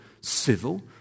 civil